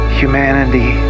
humanity